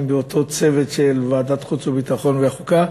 באותו צוות של ועדת חוץ והביטחון וועדת החוקה,